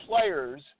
players